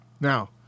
Now